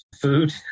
food